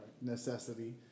Necessity